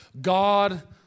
God